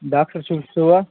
doctor صٲب چھِوا